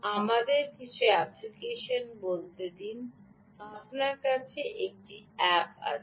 আমাদের কিছু অ্যাপ্লিকেশন বলতে দিন আপনার কাছে একটি অ্যাপ রয়েছে